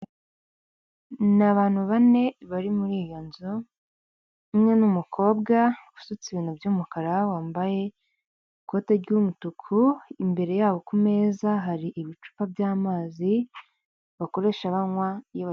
Ni abantu bane bari muri iyo nzu umwe n'umukobwa usutse ibintu by'umukara wambaye ikoti ry'umutuku, imbere yabo kumeze neza hari ibicupa by'amazi bakoresha banywa.